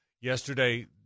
yesterday